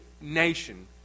nation